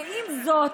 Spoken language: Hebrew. ועם זאת,